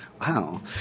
Wow